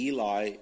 Eli